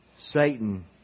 Satan